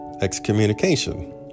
Excommunication